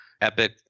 Epic